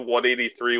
183